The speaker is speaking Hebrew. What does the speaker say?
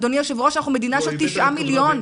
אדוני היושב-ראש, אנחנו מדינה של תשעה מיליון.